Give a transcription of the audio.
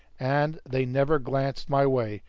and they never glanced my way,